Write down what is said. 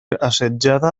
assetjada